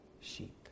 sheep